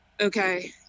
okay